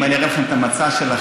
אם אני אראה לכם את המצע שלכם,